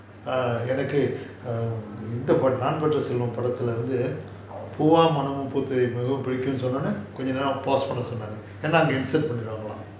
err எனக்கு இந்த பாட்டு நான் பார்த்த செல்வம் படத்துலேந்து பூவை மனம் புத்ததேனு சொன்ன அப்போ கொஞ்சம்:ennaku intha paatu naan paartha selvam padathulanthu poovai manam puthathae nu sonna appo konjam um பண்ண சொல்லிட்டாங்க என்ன அங்க பண்ணிடுவாங்கலாம்:panna solitaanga yaennaa anga panniduvaangalaam